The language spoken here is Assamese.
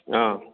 অঁ